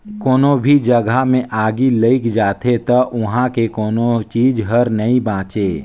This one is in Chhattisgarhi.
कोनो भी जघा मे आगि लइग जाथे त उहां के कोनो चीच हर नइ बांचे